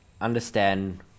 understand